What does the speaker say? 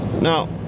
Now